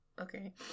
Okay